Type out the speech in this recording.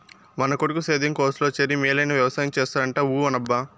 మన కొడుకు సేద్యం కోర్సులో చేరి మేలైన వెవసాయం చేస్తాడంట ఊ అనబ్బా